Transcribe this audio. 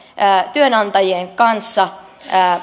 työnantajien kanssa